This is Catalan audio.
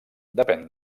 depèn